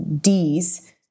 D's